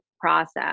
process